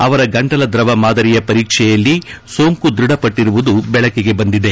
ಅವರ ಗಂಟಲ ದ್ರವ ಮಾದರಿಯ ಪರೀಕ್ಷೆಯಲ್ಲಿ ಸೋಂಕು ದೃಢಪಟ್ಟರುವುದು ಬೆಳಕಿಗೆ ಬಂದಿದೆ